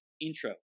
intro